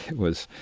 was,